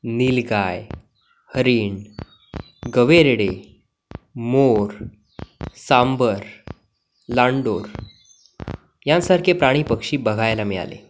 नीलगाय हरीण गवेरेडे मोर सांबर लांडोर यांसारखे प्राणी पक्षी बघायला मिळाले